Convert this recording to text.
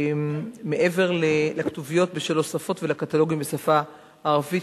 מעבר לכתוביות בשלוש שפות ולקטלוגים בשפה הערבית.